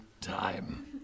time